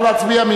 נא להצביע.